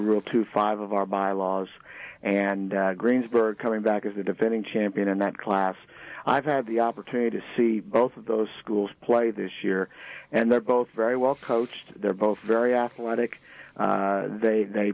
rule two five of our bylaws and greensburg coming back of the defending champion in that class i've had the opportunity to see both of those schools play this year and they're both very well coached they're both very athletic they